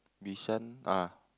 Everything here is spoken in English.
Bishan ah